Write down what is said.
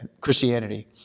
Christianity